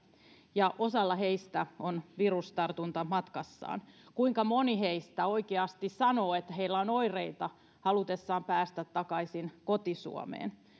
ja osalla heistä on virustartunta matkassaan kuinka moni heistä oikeasti sanoo että heillä on oireita halutessaan päästä takaisin koti suomeen